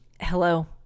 Hello